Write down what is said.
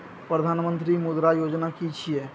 प्रधानमंत्री मुद्रा योजना कि छिए?